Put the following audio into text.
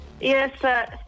Yes